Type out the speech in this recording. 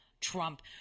Trump